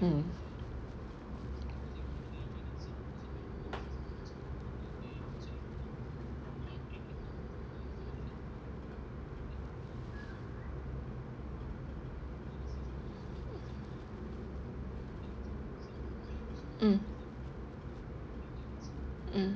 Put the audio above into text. mm mm mm